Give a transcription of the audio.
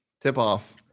tip-off